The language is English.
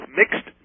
mixed